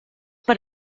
per